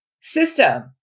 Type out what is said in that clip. system